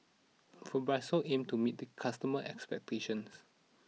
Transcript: Fibrosol aims to meet customer expectations